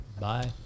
Bye